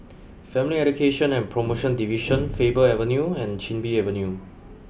Family Education and Promotion Division Faber Avenue and Chin Bee Avenue